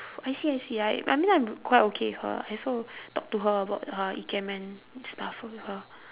I see I see I I mean I'm quite okay with her lah I also talk to her about uh ikemen and stuff with her